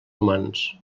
humans